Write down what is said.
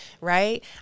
right